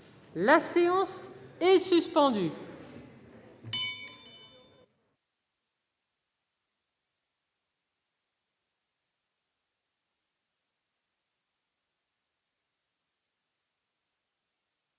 La séance est suspendue.